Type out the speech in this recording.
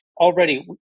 already